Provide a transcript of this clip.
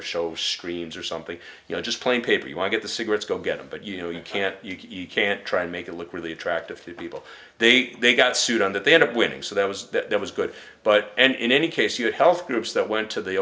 or show streams or something you know just plain paper you want the cigarettes go get them but you know you can't you can't try to make it look really attractive to people they got sued on that they end up winning so that was that was good but and in any case you health groups that went to the